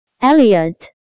Elliot